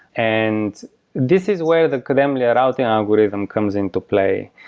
and this is where the kademlia routing algorithm comes into play,